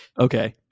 Okay